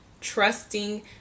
trusting